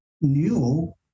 new